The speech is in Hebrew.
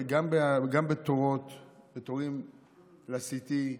גם בתורים ל-CT,